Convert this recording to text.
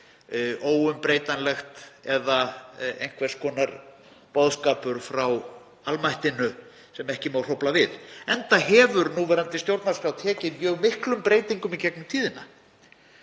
óumbreytanlegt eða einhvers konar boðskapur frá almættinu sem ekki má hrófla við, enda hefur núverandi stjórnarskrá tekið mjög miklum breytingum í gegnum tíðina,